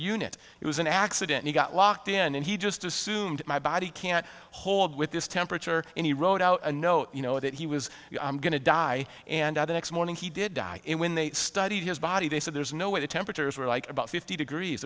unit it was an accident he got locked in and he just assumed my body can't hold with this temperature and he wrote out a note you know that he was going to die and the next morning he did die and when they studied his body they said there's no way the temperatures were like about fifty degrees